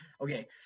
okay